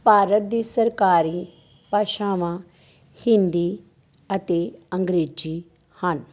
ਭਾਰਤ ਦੀ ਸਰਕਾਰੀ ਭਾਸ਼ਾਵਾਂ ਹਿੰਦੀ ਅਤੇ ਅੰਗਰੇਜ਼ੀ ਹਨ